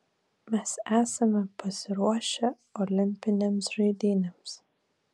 mes esame pasiruošę olimpinėms žaidynėms